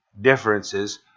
differences